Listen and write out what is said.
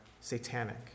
satanic